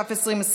התש"ף 2020,